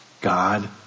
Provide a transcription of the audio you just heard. God